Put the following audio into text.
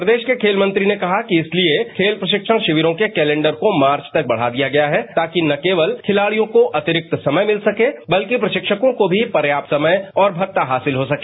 प्रदेश के खेल मंत्री ने कहा कि इसलिए खेल प्रशिक्षण शिविरों के कैलेंडर को मार्च तक बढ़ा दिया गया है ताकि न केवल खिलाड़ियों को अतिरिक्त समय मिल सके बल्कि प्रशिक्षकों को भी पर्याप्त समय और भत्ता हासिल हो सके